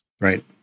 Right